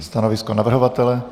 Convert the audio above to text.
Stanovisko navrhovatele?